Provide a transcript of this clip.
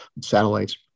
satellites